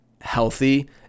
healthy